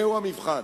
זהו המבחן.